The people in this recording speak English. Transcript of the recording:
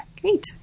Great